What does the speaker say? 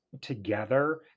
together